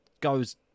goes